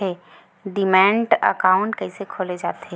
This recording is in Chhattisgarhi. डीमैट अकाउंट कइसे खोले जाथे?